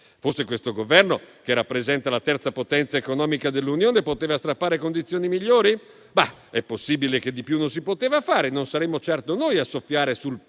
Forse questo Governo, che rappresenta la terza potenza economica dell'Unione, poteva strappare condizioni migliori? È possibile che di più non si poteva fare, non saremo certo noi a soffiare sul